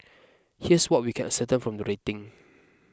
here's what we can ascertain from the rating